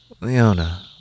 Leona